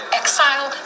exile